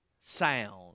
sound